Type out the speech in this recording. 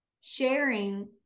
sharing